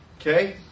Okay